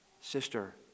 sister